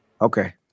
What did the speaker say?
Okay